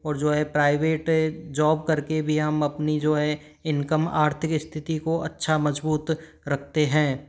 और जो है प्राइवेट जॉब करके भी हम अपनी जो है इनकम आर्थिक स्थिति को अच्छा मजबूत रखते हैं